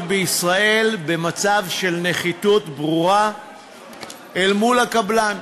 בישראל במצב של נחיתות ברורה אל מול הקבלן,